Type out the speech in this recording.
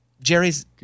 Jerry's